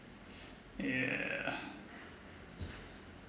yeah